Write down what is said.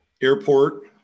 airport